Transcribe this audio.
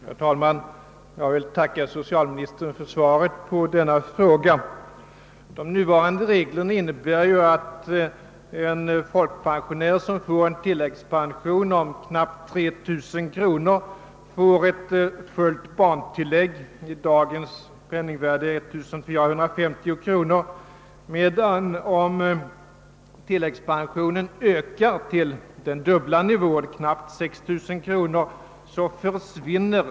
Herr talman! Jag vill tacka socialministern för svaret på min fråga. De nuvarande reglerna innebär att en folkpensionär, som får en tilläggspension om knappt 3 000 kronor, erhåller ett fullt barntillägg — i dagens penningvärde 1 450-kronor — medan om tilläggspensionen ökar till det dubbla — knappt 6 000 kronor — barntillägget försvinner.